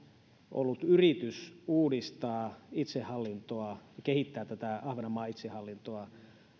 ollut yritys uudistaa itsehallintoa kehittää tätä ahvenanmaan itsehallintoa